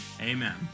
Amen